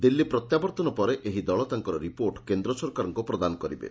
ଦିଲ୍ଲୀ ପ୍ରତ୍ୟାବର୍ଉନ ପରେ ଏହି ଦଳ ତାଙ୍କର ରିପୋର୍ଟ କେନ୍ଦ୍ର ସରକାରଙ୍କୁ ପ୍ରଦାନ କରିବେ